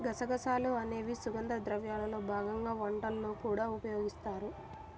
గసగసాలు అనేవి సుగంధ ద్రవ్యాల్లో భాగంగా వంటల్లో కూడా ఉపయోగిస్తారు